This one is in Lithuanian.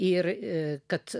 ir kad